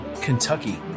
Kentucky